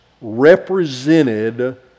represented